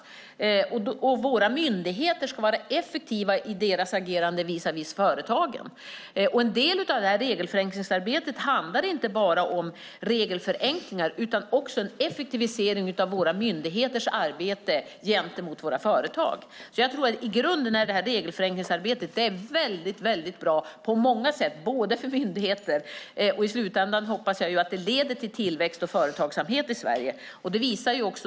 Våra myndigheter ska vara effektiva i sitt agerande visavi företagen. En del av regelförenklingsarbetet handlar inte bara om regelförenklingar utan också om en effektivisering av våra myndigheters arbete gentemot våra företag. I grunden är regelförenklingsarbetet väldigt bra på många sätt också för myndigheter. I slutändan hoppas jag att det leder till tillväxt och företagsamhet i Sverige.